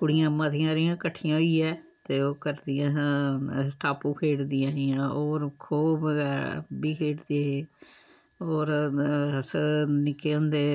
कुड़ियां मतियां हारियां कट्ठियां होइयै ते ओह् करदियां हियां स्टापू खेड्ढदियां हियां होर खो बगैरा बी होर अस्स निक्के होंदे